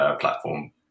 platform